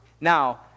Now